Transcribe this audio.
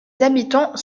habitants